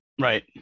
Right